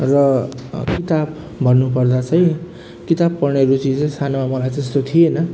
र किताब भन्नुपर्दा चाहिँ किताब पढ्ने रुचि चाहिँ सानोमा मलाई त्यस्तो थिएन